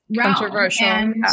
controversial